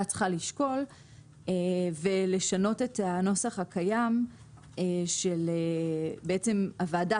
צריכה לשקול ולשנות את הנוסח הקיים כך שהוועדה